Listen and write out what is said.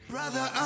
Brother